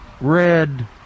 red